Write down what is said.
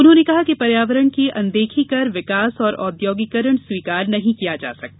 उन्होंने कहा कि पर्यावरण की अनदेखी कर विकास और औद्योगीकरण स्वीकार नहीं किया जा सकता